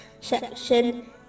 section